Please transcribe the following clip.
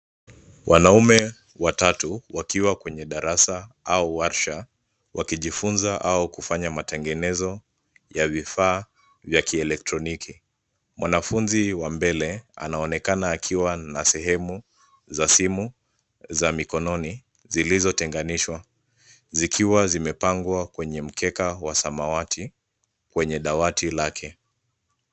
Wanaume watatu wakiwa kwenye darasa au warsha, wakijifunza au kufanya matengenezo ya vifaa vya kielektroniki. Mwanafunzi wa mbele anaonekana akiwa na sehemu za simu za mikononi zilizotenganishwa. Zikiwa zimepangwa kwenye mkeka wa samawati kwenye dawati lake.